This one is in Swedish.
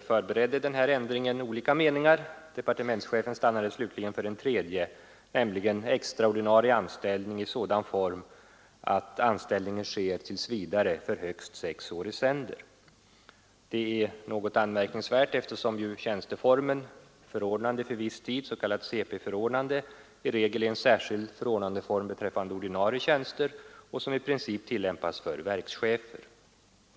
förberedde omorganisationen fanns det olika meningar, och departementschefen stannade slutligen för extra ordinarie anställning i sådan form att anställningen sker tills vidare för högst sex år i sänder. Detta är något anmärkningsvärt, eftersom tjänsteformen ”förordnande för viss tid”, s.k. Cp-förordnande, i regel är en särskild förordnandeform för ordinarie tjänster och som i princip tillämpas för verkschefer.